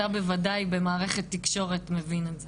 אתה בוודאי במערכת תקשורת מבין את זה.